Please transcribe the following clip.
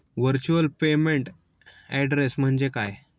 Virtual payment address म्हणजे काय?